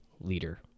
leader